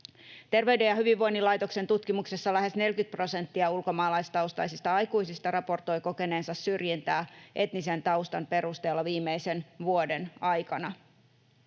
Terveyden ja hyvinvoinnin laitoksen tutkimuksessa lähes 40 prosenttia ulkomaalaistaustaisista aikuisista raportoi kokeneensa syrjintää etnisen taustan perusteella viimeisen vuoden aikana.